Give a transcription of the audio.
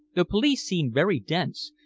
the police seem very dense,